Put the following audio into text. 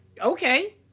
okay